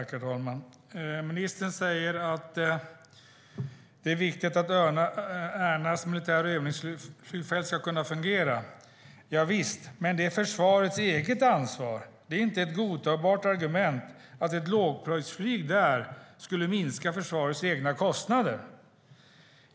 Herr talman! Ministern säger att det är viktigt att Ärna som militärt övningsflygfält ska kunna fungera. Javisst, men det är försvarets eget ansvar. Det är inte ett godtagbart argument att ett lågprisflyg där skulle minska försvarets egna kostnader.